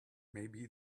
maybe